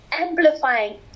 amplifying